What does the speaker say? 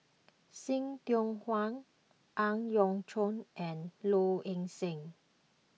See Tiong Wah Ang Yau Choon and Low Ing Sing